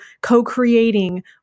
co-creating